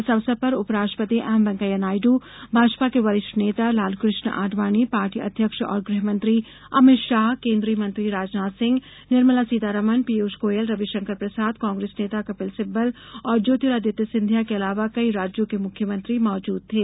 इस अवसर पर उपराष्ट्रपति एम वेंकैया नायड़ भाजपा के वरिष्ठ नेता लालकृष्ण आड़वाणी पार्टी अध्यक्ष और गृहमंत्री अमित शाह केन्द्रीय मंत्री राजनाथ सिंह निर्मला सीतारमण पीयूष गोयल रविशंकर प्रसाद कांग्रेस नेता कपिल सिब्बल और ज्योतिरादित्य सिंधिया के अलावा कई राज्यों के मुख्यमंत्री मौजूद थे